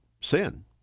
sin